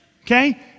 Okay